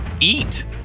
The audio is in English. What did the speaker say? eat